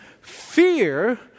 fear